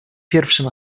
pierwszym